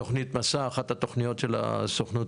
'תוכנית מסע' - אחת התוכניות של הסוכנות